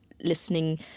listening